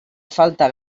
falta